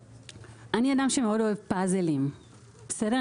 אני אדם שמאוד אוהב פאזלים, בסדר?